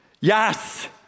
yes